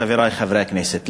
חברי חברי הכנסת,